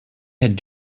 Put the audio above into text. had